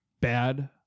bad